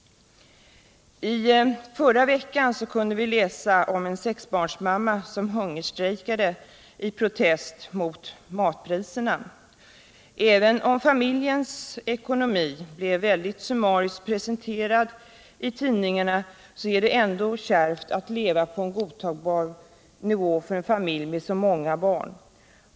I förra veckan kunde vi läsa om en sexbarnsmamma som hungerstrejkade i protest mot matpriserna. Även om familjens ekonomi blev mycket summariskt presenterad i tidningarna, så är det ändå kärvt för en familj med så många barn att leva på en godtagbar nivå.